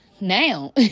now